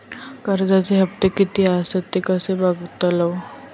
कर्जच्या हप्ते किती आसत ते कसे बगतलव?